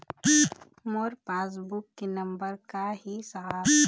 मोर passbook के number का ही साहब?